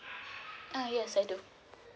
ah yes I do